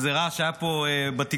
איזה רעש היה פה בתקשורת,